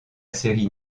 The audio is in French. série